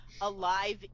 alive